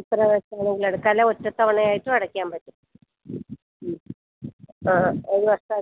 എത്ര വെച്ചു വേണമെങ്കിലും അടക്കാം അല്ലെ ഒറ്റ തവണയായിട്ടും അടക്കാൻ പറ്റും മ്മ് ആ ഒരു വർഷാ